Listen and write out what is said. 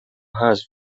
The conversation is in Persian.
حذف